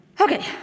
Okay